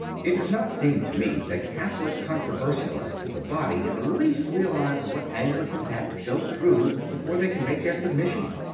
it does not seem to me that catholic con troversialists as a body in the least realize what anglicans have to go through before they can make their submission.